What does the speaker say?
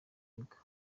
kubaka